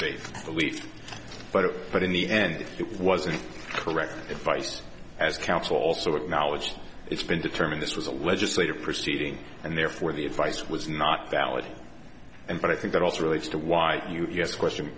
faith belief but if but in the end it wasn't correct advice as counsel also acknowledged it's been determined this was a legislative proceeding and therefore the advice was not valid and but i think it also relates to why you have to question